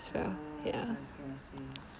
oh I see I see